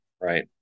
right